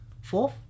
fourth